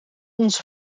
onze